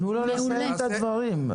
תנו לו לסיים את הדברים.